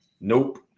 Nope